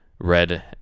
red